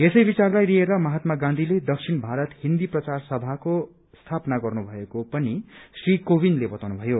यसै विचारलाई लिएर महात्मा गाँधीले दक्षिण भारत हिन्दी प्रचार सभाको स्थापना गर्नु भएको पनि श्री कोविन्दले बताउनु भयो